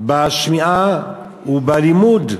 בשמיעה ובלימוד,